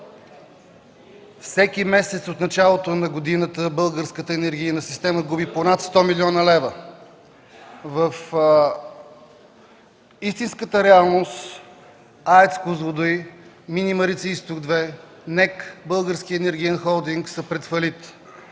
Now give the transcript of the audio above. Всеки месец от началото на годината българската енергийна система губи по над 100 млн. лв. В истинската реалност АЕЦ „Козлодуй”, мини „Марица-Изток 2”, НЕК, Българският енергиен холдинг са пред фалит.